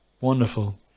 wonderful